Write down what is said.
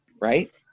right